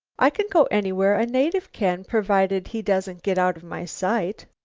i can go anywhere a native can, providing he doesn't get out of my sight.